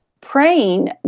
praying